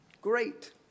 great